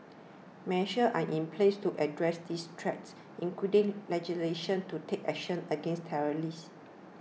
measures are in place to address this threat including legislation to take action against terrorists